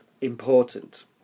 important